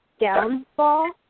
downfall